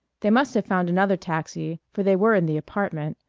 they must have found another taxi, for they were in the apartment.